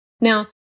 Now